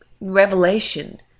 Revelation